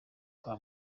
kwa